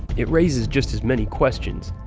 it raises just as many questions.